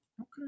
Okay